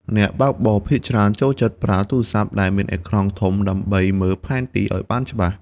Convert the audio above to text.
អ្នកបើកបរភាគច្រើនចូលចិត្តប្រើទូរស័ព្ទដែលមានអេក្រង់ធំដើម្បីមើលផែនទីឱ្យបានច្បាស់។